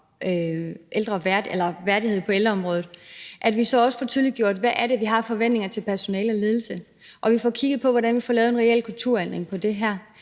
værdighed på ældreområdet, så også får tydeliggjort, hvad det er, vi har af forventninger til personale og ledelse, og at vi får kigget på, hvordan vi får lavet en reel kulturændring på det her